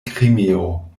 krimeo